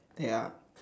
ya